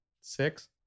six